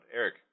Eric